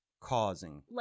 causing